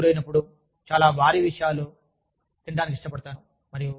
నేను ఒత్తిడికి గురైనప్పుడు చాలా భారీ విషయాలు తినడానికి ఇష్టపడతాను